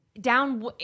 Down